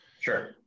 Sure